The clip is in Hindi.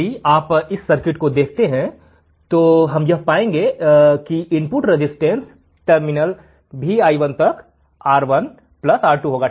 यदि आप इस सर्किट को देखते हैं तो हम पाएंगे कि इनपुट रसिस्टेंस टर्मिनल Vi1 तक R1 R2 होगा